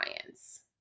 clients